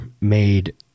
made